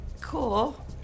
Cool